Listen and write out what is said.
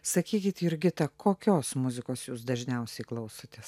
sakykit jurgita kokios muzikos jūs dažniausiai klausotės